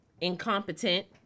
Incompetent